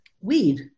weed